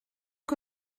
que